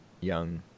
young